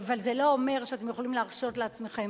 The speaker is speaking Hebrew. אבל זה לא אומר שאתם יכולים להרשות לעצמכם